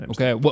Okay